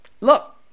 look